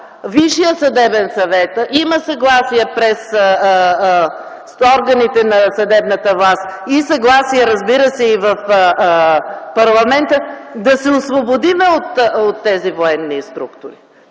Висшият съдебен съвет има съгласие пред органите на съдебната власт и съгласие, разбира се, и в парламента да се освободим от тези военни структури.